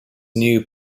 new